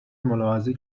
ملاحظه